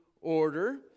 order